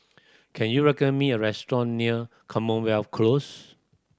can you recommend me a restaurant near Commonwealth Close